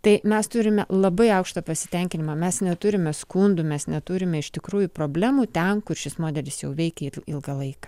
tai mes turime labai aukštą pasitenkinimą mes neturime skundų mes neturime iš tikrųjų problemų ten kur šis modelis jau veikė ilgą laiką